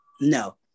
No